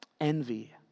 envy